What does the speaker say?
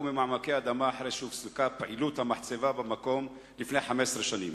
ממעמקי האדמה אחרי שהופסקה פעילות המחצבה במקום לפני 15 שנים.